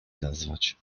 nazwać